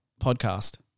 podcast